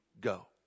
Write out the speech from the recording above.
go